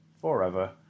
forever